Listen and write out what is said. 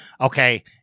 okay